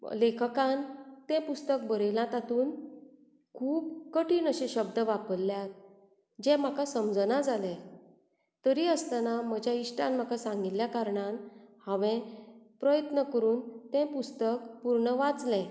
लेखकान तें पुस्तक बरयलां तातूंत खूब कठीण अशे शब्द वापरल्यात जे म्हाका समजना जाले तरी आसतना म्हज्या इश्टान म्हाका सांगिल्ल्या कारणान हांवें प्रयत्न करून तें पुस्तक पूर्ण वाचलें